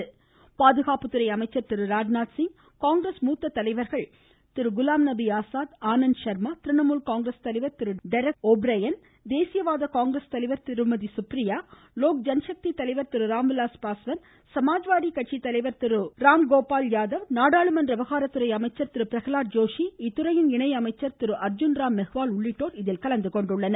பிரதமர் திரு நரேந்திரமோடி பாதுகாப்புதுறை அமைச்சர் திரு ராஜ்நாத் சிங் காங்கிரஸ் மூத்த தலைவர்கள் திரு குலாம் நபி ஆசாத் ஆனந்த் சர்மா திரிணாமுல் காங்கிரஸ் தலைவர் திரு டெரக் ஓப்ரையன் தேசிய வாத காங்கிரஸ் தலைவர் திரு சுப்ரியா லோக் ஜன்சக்தி தலைவர் திரு ராம்விலாஸ் பாஸ்வான் சமாஜ் வாடி கட்சி தலைவர் திரு ராம்கோபால் யாதவ் நாடாளுமன்ற விவகாரத்துறை அமைச்சர் திரு பிரகலாத் ஜோஷி இத்துறையின் இணை அமைச்சர் திரு அர்ஜுன்ராம் மெஹ்வால் உள்ளிட்டோர் இதில் கலந்துகொண்டுள்ளனர்